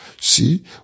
see